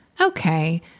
Okay